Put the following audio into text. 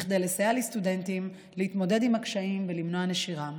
כדי לסייע לסטודנטים להתמודד עם הקשיים ולמנוע נשירה.